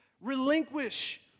relinquish